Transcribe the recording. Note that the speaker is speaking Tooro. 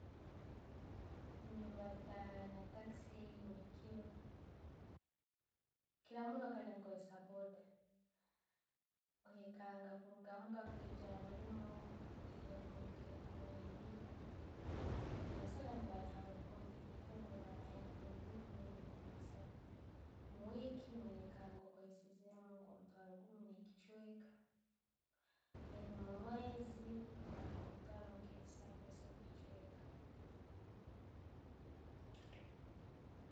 Ndibaata na takisi bulikiro, Kiro muuno nkozesa boda. Oyekanga kuruga muka kwiika hamuliimu, akwireho nke enkuumi ebiiri. Nyamusana nebanyinyaho rukuumi, mukiiro nebanyiyaho ekuumi ebiiri orbundi esaatu. Omuweeki no'wekanga okuzoseizemu nko omutwaro gummu ne'kichweka, then omuweezi, guba nke emitwaro esaatu, essatu ne' kichweka.